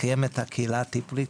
לקיים את הקהילה הטיפולית,